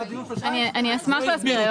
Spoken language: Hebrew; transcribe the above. אני אשמח להסביר.